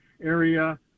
area